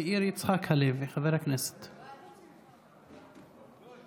חבר הכנסת מאיר יצחק הלוי.